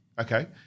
Okay